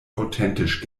authentisch